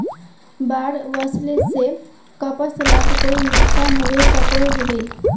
बाढ़ वस्ले से कपास लात कोई नुकसान होबे सकोहो होबे?